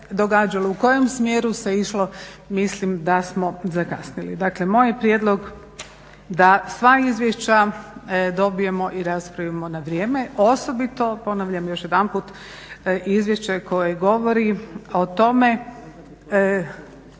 u kojem smjeru se išlo mislim da smo zakasnili. Dakle, moj je prijedlog da sva izvješća dobijemo i raspravimo na vrijeme osobito ponavljam još jedanput izvješće koje govori o tome